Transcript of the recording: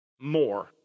more